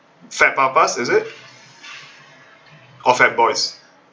fat papas is it or fat boys